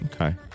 Okay